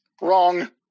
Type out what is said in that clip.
Wrong